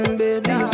baby